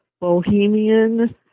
bohemian